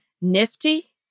nifty